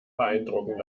beeindrucken